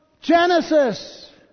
Genesis